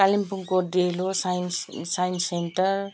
कालिम्पोङको Delo science science centre